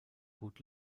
gut